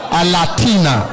alatina